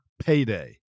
payday